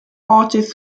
artists